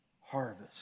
harvest